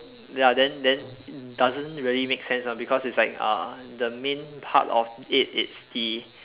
ya then then doesn't really make sense ah because it's like uh the main part of it it's the